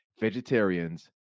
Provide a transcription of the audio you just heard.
vegetarians